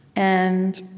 and